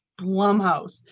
Blumhouse